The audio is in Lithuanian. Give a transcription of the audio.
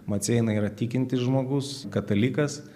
maceina yra tikintis žmogus katalikas